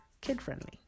kid-friendly